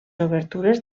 obertures